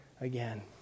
again